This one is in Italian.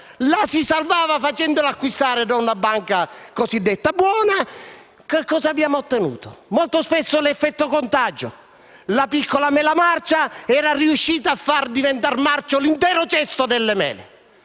la si salvava facendola acquistare da una banca cosiddetta buona. Che cosa abbiamo ottenuto? Molto spesso l'effetto contagio: la piccola mela marcia riusciva a far marcire l'intero cesto delle mele,